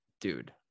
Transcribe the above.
dude